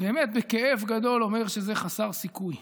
באמת בכאב גדול, אומר שזה חסר סיכוי.